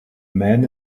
man